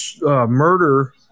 murder